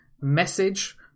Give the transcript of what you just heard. message